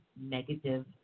negative